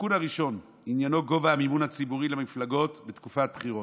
התיקון הראשון עניינו גובה המימון הציבורי למפלגות בתקופת בחירות.